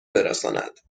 برساند